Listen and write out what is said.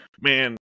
Man